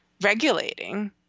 regulating